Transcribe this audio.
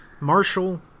marshall